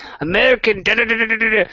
American